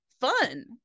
fun